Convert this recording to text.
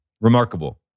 Remarkable